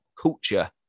culture